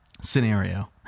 Scenario